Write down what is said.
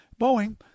Boeing